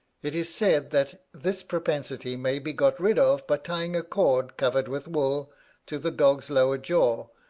it is said, that this propensity may be got rid of by tying a cord covered with wool to the dog's lower jaw,